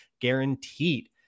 guaranteed